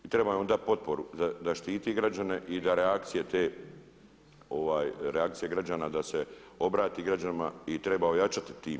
Trebamo joj dati potporu da štiti građane i da reakcije te reakcije građana da se obrati građanima i treba ojačati tim.